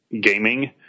gaming